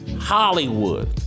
Hollywood